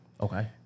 Okay